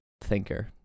thinker